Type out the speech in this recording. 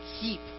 keep